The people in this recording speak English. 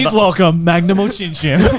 welcome, magnum o-chin chin.